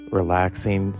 relaxing